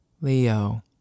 Leo